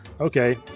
Okay